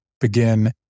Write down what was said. begin